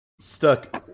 stuck